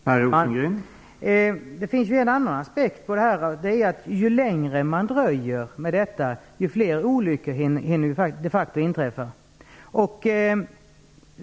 Herr talman! Det finns en annan aspekt på det här. Ju längre man dröjer med detta, desto fler olyckor hinner de facto inträffa.